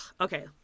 Okay